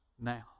now